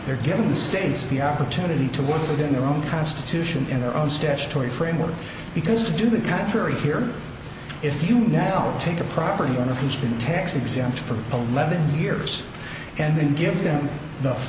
they're giving states the opportunity to work within their own constitution in their own statutory framework because to do the contrary here if you now take a property owner who's been tax exempt from eleven years and then give them